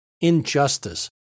injustice